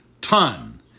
ton